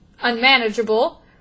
unmanageable